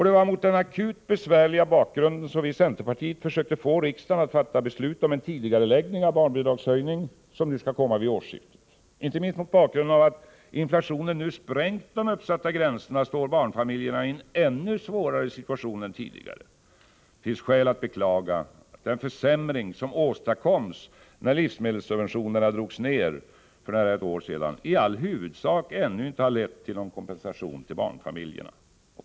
Det var mot den akut besvärliga bakgrunden som vi i centerpartiet försökte få riksdagen att fatta beslut om en tidigareläggning av den barnbidragshöjning som nu skall komma vid årsskiftet. Inte minst mot bakgrunden av att inflationen nu sprängt de uppsatta gränserna står barnfamiljerna i en ännu svårare situation än tidigare. Det finns skäl beklaga att den försämring som åstadkoms när livsmedelssubventionerna drogs ner, för nära ett år sedan, i all huvudsak ännu inte kompenserats för barnfamiljerna.